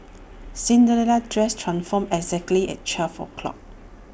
Cinderella's dress transformed exactly at twelve o'clock